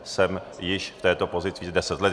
Jsem již v této pozici deset let.